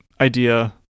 idea